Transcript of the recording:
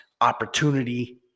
Opportunity